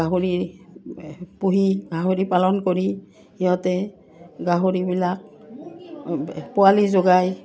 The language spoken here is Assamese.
গাহৰি পুহি গাহৰি পালন কৰি সিহঁতে গাহৰিবিলাক পোৱালি জগায়